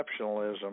exceptionalism